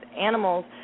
animals